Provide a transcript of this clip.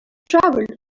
travelled